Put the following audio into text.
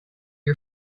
are